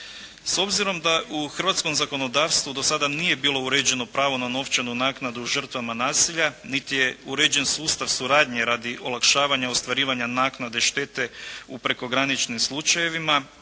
S obzirom da u hrvatskom zakonodavstvu do sada nije bilo uređeno pravo na novčanu naknadu žrtvama nasilja niti je uređen sustav suradnje radi olakšavanja ostvarivanja naknade štete u prekograničnim slučajevima